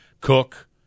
Cook